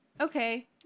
Okay